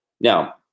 Now